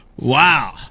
Wow